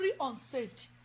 unsaved